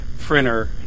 printer